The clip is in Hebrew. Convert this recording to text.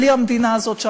בלי המדינה הזאת,